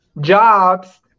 jobs